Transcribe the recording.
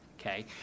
okay